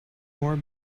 more